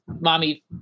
mommy